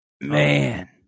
man